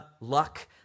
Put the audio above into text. luck